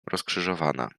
rozkrzyżowana